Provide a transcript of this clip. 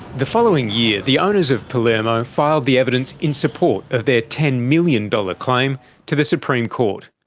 the following year, the owners of palermo filed the evidence in support of their ten million dollars claim to the supreme court.